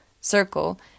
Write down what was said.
circle